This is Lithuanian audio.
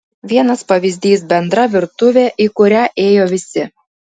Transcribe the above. vienas pavyzdys bendra virtuvė į kurią ėjo visi